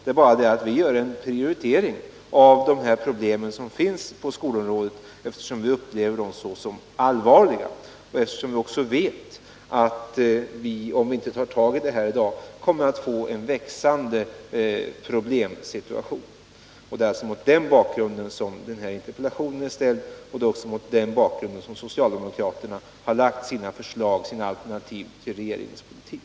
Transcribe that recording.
Vi socialdemokrater gör en prioritering av de här problemen som finns på skolområdet, eftersom socialdemokraterna upplever dem som allvarliga och eftersom vi också vet att vi, om vi inte tar tag i de här problemen i dag. kommer att få en situation med växande problem. Det är mot den bakgrunden söm denna interpellation är ställd. Det är också mot den bakgrunden som socialdemokraterna har lagt sina förslag till en alternativ regeringspolitik.